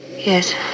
Yes